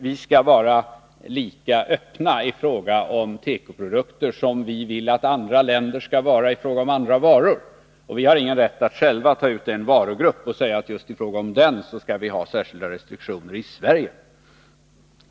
Vi skall vara lika öppna i fråga om tekoprodukter som vi vill att andra länder skall vara i fråga om andra varor. Vi har ingen rätt att själva ta ut en varugrupp och säga att just i fråga om den skall vi ha särskilda restriktioner i Sverige.